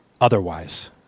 otherwise